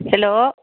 hello